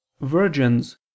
Virgins